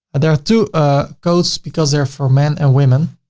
there are two ah coats because they're for men and women.